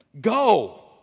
Go